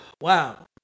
Wow